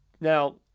now